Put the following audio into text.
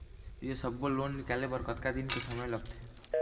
ये सब्बो लोन निकाले बर कतका दिन के समय लगथे?